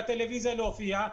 בטלוויזיה להופיע.